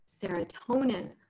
serotonin